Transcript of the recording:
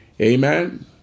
Amen